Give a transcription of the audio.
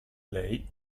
lei